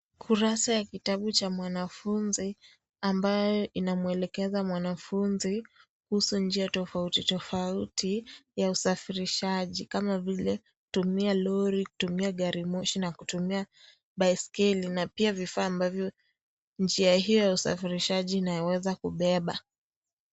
Kurasa ya kitabu cha mwanafunzi. Ambaye inamwelekeza mwanafunzi kuhusu njia tofauti tofauti ya usafirishaji, kama vile kutumia lori, kutumia garimoshi na kutumia baiskeli. Na pia vifaa ambavyo njia hiyo ya usafirishaji inayoweza kubeba.